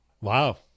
Wow